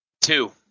two